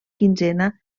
quinzena